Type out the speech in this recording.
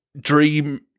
dream-